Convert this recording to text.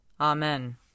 Amen